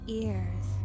ears